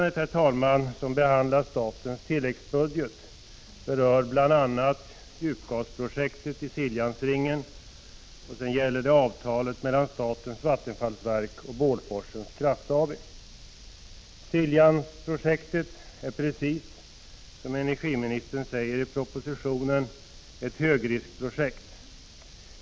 Detta betänkande som behandlar statens tilläggsbudget berör bl.a. djupgasprojektet i Siljansringen och avtalet mellan statens vattenfallsverk och Bålforsens Kraftaktiebolag. Siljansprojektet är, precis som energiministern säger i propositionen, ett högriskprojekt.